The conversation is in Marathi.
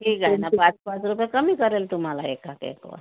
कुठलीही घ्या ना पाच पाच रुपये कमी करेन तुम्हाला एका केकवर